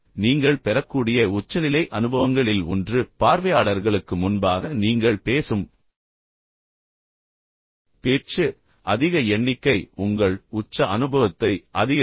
நீங்கள் பெறக்கூடிய உச்சநிலை அனுபவங்களில் ஒன்று பார்வையாளர்களுக்கு முன்பாக நீங்கள் பேசும் பேச்சு அதிக எண்ணிக்கை உங்கள் உச்ச அனுபவத்தை அதிகரிக்கும்